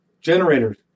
Generators